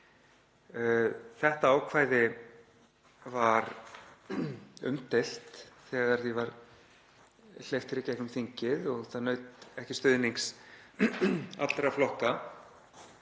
Þetta ákvæði var umdeilt þegar því var hleypt hér í gegnum þingið og það naut ekki stuðnings allra flokka,